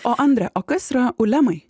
o andrė o kas yra ulemai